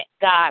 God